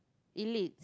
elite